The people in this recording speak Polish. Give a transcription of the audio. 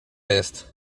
jest